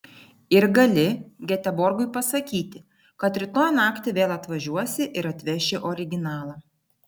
ir gali geteborgui pasakyti kad rytoj naktį vėl atvažiuosi ir atveši originalą